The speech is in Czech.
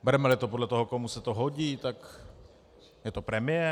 Beremeli to podle toho, komu se to hodí: Tak je to premiér?